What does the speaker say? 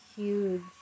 huge